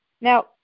Now